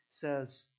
says